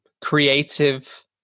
creative